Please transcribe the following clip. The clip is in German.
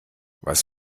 was